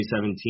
2017